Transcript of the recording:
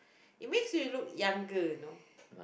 it means you will look younger you know